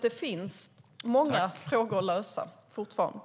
Det finns alltså fortfarande många frågor att lösa.